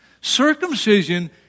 Circumcision